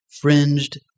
Fringed